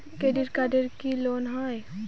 Credit কার্ডে কি loan হয়?